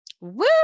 Woo